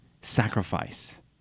sacrifice